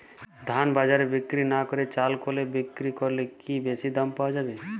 ধান বাজারে বিক্রি না করে চাল কলে বিক্রি করলে কি বেশী দাম পাওয়া যাবে?